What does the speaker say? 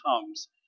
comes